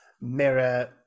mirror